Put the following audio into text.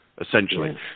essentially